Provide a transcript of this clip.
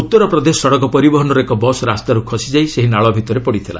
ଉତ୍ତର ପ୍ରଦେଶ ସଡ଼କ ପରିବହନର ଏକ ବସ୍ ରାସ୍ତାରୁ ଖସିଯାଇ ସେହି ନାଳ ଭିତରେ ପଡ଼ିଥିଲା